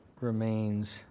remains